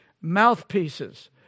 mouthpieces